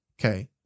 Okay